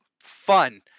Fun